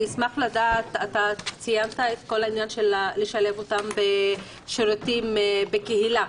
אתה אמרת לשלב אותם בשירותים בקהילה.